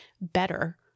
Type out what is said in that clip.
better